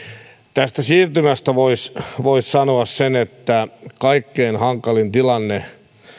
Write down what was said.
tästä siirtymästä voisi voisi sanoa sen että kaikkein hankalin tilanne